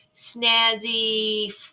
snazzy